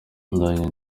ndangije